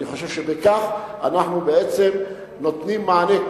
אני חושב שבכך אנחנו בעצם נותנים מענה,